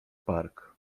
park